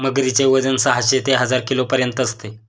मगरीचे वजन साहशे ते हजार किलोपर्यंत असते